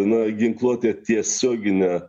na ginkluotė tiesiogine